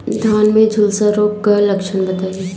धान में झुलसा रोग क लक्षण बताई?